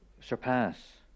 surpass